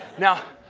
now,